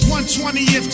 120th